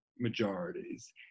majorities